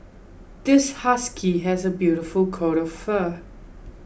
this husky has a beautiful coat of fur